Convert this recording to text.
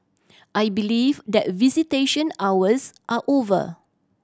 I believe that visitation hours are over